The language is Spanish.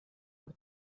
por